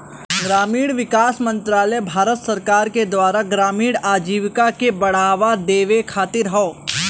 ग्रामीण विकास मंत्रालय भारत सरकार के द्वारा ग्रामीण आजीविका के बढ़ावा देवे खातिर हौ